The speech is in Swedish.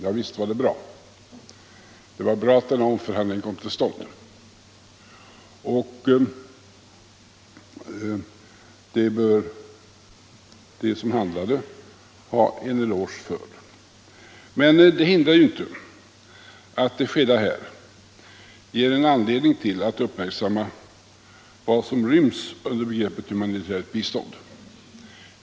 Ja visst — det var bra att en om = statsrådens förhandling kom till stånd, och det bör de som handlade ha en eloge = tjänsteutövning för. Men det hindrar ju inte att det skedda ger en anledning till att — m.m. uppmärksamma vad som ryms under begreppet humanitärt bistånd.